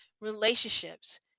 relationships